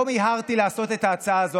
לא מיהרתי לעשות את ההצעה הזאת.